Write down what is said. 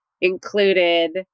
included